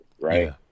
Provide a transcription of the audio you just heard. right